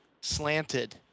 slanted